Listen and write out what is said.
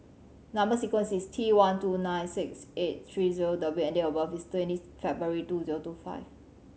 number sequence is T one two nine six eight three zero W and date of birth is twenty February two zero two five